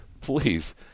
Please